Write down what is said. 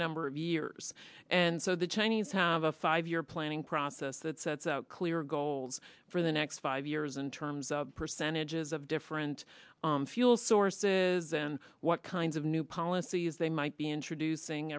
number of years and so the chinese have a five year planning process that sets out clear goals for the next five years in terms of percentages of different fuel sources and what kinds of new policies they might be introducing